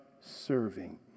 Serving